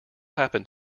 happen